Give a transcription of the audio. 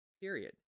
period